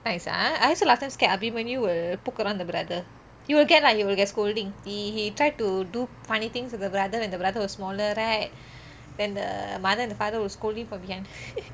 nice ah I also last time scared abimanyu will poke around the brother he will get lah he will get scolding he he try to do funny things to the brother when the brother was smaller right then the mother and father will scold him from behind